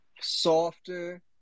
softer